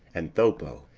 and thopo,